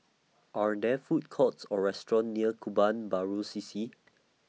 Are There Food Courts Or restaurants near Kebun Baru C C